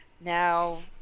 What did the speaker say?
Now